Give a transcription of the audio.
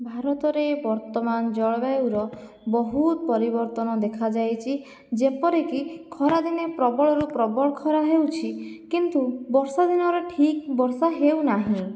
ଭାରତରେ ବର୍ତ୍ତମାନ ଜଳବାୟୁର ବହୁତ ପରିବର୍ତ୍ତନ ଦେଖାଯାଇଛି ଯେପରିକି ଖରାଦିନେ ପ୍ରବଳରୁ ପ୍ରବଳ ଖରା ହେଉଛି କିନ୍ତୁ ବର୍ଷା ଦିନରେ ଠିକ୍ ବର୍ଷା ହେଉନାହିଁ